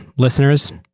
listeners,